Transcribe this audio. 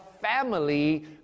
family